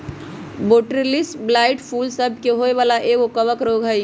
Botrytis blight फूल सभ के होय वला एगो कवक रोग हइ